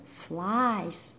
flies